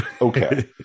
okay